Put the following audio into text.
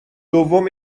دوم